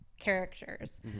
characters